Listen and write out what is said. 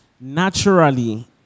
Naturally